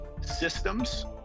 systems